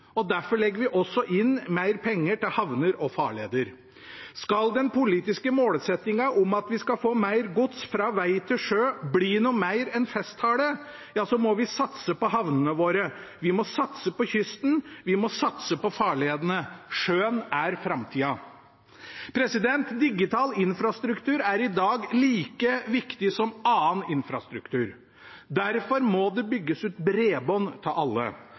og derfor legger vi også inn mer penger til havner og farleder. Skal den politiske målsettingen om at vi skal få mer gods fra veg til sjø, bli noe mer enn en festtale, må vi satse på havnene våre, vi må satse på kysten, og vi må satse på farledene. Sjøen er framtida. Digital infrastruktur er i dag like viktig som annen infrastruktur. Derfor må det bygges ut bredbånd til alle,